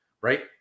Right